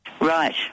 Right